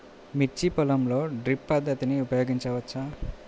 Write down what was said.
మిర్చి పొలంలో డ్రిప్ పద్ధతిని ఉపయోగించవచ్చా?